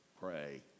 pray